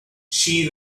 she